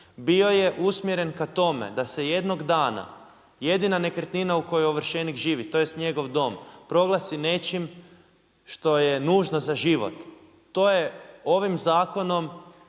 bio je usmjeren k tome da se jednog dana jedina nekretnina u kojoj ovršenik živi tj. njegov dom, proglasi nečim što je nužno za život. To je ovim zakonom